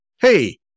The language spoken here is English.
Hey